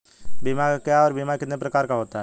बीमा क्या है और बीमा कितने प्रकार का होता है?